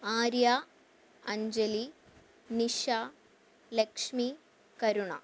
Arya Anjali Nisha Lakshmi Karuna